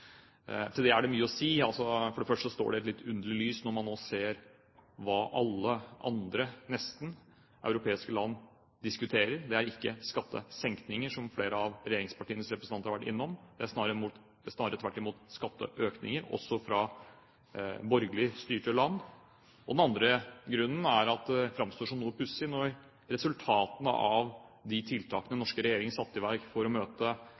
Til det er det mye å si. For det første står det i et litt underlig lys, når man nå ser hva nesten alle andre europeiske land diskuterer. Det er ikke skattesenkninger, som flere av regjeringspartienes representanter har vært innom, det er snarere tvert imot skatteøkninger, også i borgerlig styrte land. Det andre er at det framstår som noe pussig når resultatene av de tiltakene den norske regjering satte i verk for å møte